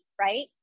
right